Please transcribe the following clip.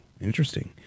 interesting